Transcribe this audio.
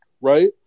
right